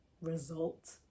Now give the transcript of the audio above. result